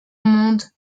monde